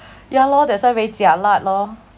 ya lor that's why very jialat lor